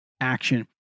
action